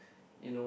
you know